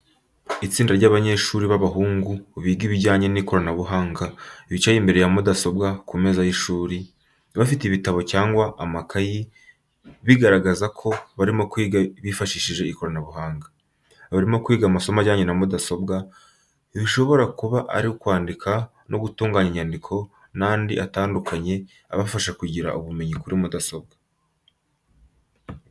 Itsinda ry’abanyeshuri b’abahungu biga ibijyanye n’ikoranabuhanga bicaye imbere ya mudasobwa ku meza y’ishuri, bafite ibitabo cyangwa amakayi bigaragaza ko barimo kwiga bifashishije ikoranabuhanga. Barimo kwiga amasomo ajyanye na mudasobwa, bishobora kuba ari kwandika no gutunganya inyandiko n'andi atandukanye abafasha kugira ubumenyi kuri mudasobwa.